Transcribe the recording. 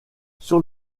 sur